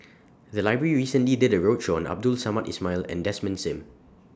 The Library recently did A roadshow on Abdul Samad Ismail and Desmond SIM